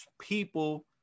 people